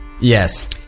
Yes